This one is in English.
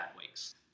weeks